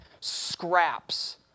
scraps